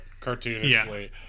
cartoonishly